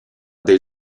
del